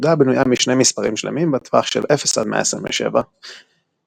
הפקודה בנויה משני מספרים שלמים בטווח של 0–127 מס'